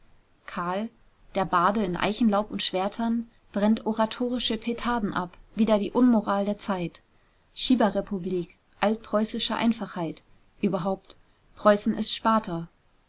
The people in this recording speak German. kahl der barde in eichenlaub und schwertern brennt oratorische petarden ab wider die unmoral der zeit schieberrepublik altpreußische einfachheit überhaupt preußen ist sparta